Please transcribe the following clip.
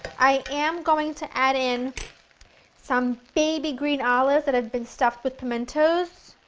i am going to add in some baby green olives that have been stuffed with pomentos,